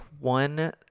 one